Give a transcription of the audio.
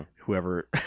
Whoever